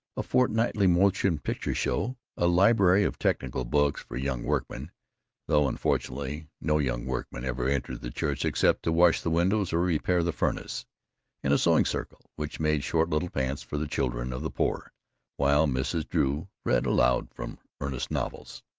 a fortnightly motion-picture show, a library of technical books for young workmen though, unfortunately, no young workman ever entered the church except to wash the windows or repair the furnace and a sewing-circle which made short little pants for the children of the poor while mrs. drew read aloud from earnest novels.